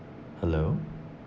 hello